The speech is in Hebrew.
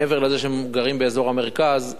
מעבר לזה שהם גרים באזור המרכז,